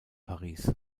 paris